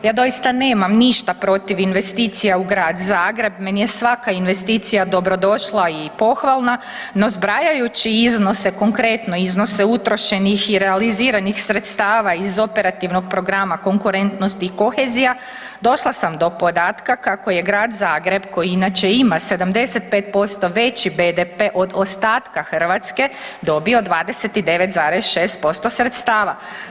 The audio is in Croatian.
Ja doista nemam ništa protiv investicija u grad Zagreb, meni je svaka investicija dobrodošla i pohvalna, no zbrajajući iznose, konkretno iznose utrošenih i realiziranih sredstava iz Operativnog programa Konkurentnost i kohezija, došla sam do podatka kako je grad Zagreb, koji inače ima 75% veći BDP od ostatka Hrvatske dobio 29,6% sredstava.